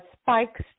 spikes